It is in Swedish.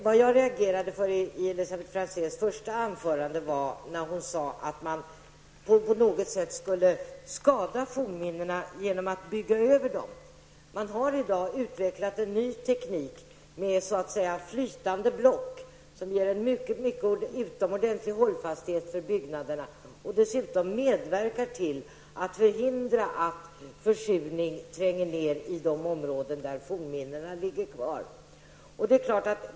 Det jag reagerade på i Elisabet Franzéns första anförande var att hon sade att man på något sätt skulle skada fornminnena genom att bygga över dem. Man har i dag utvecklat en ny teknik med flytande block som ger en utomordentlig hållfasthet för byggnaderna och som dessutom medverkar till att förhindra att försurning tränger ner till de lager där fornminnena ligger kvar.